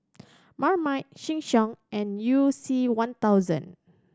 Marmite Sheng Siong and You C One thousand